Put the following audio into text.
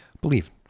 believe